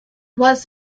was